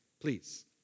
please